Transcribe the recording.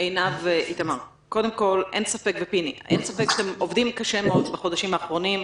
עינב ואיתמר ופיני אין ספק שאתם עובדים קשה מאוד בחודשים האחרונים.